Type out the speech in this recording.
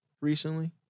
recently